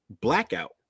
blackout